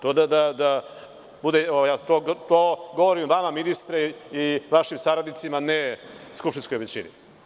To govorim vama, ministre, i vašim saradnicima, ne skupštinskoj većini.